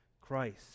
Christ